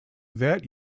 that